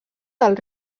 del